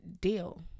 deal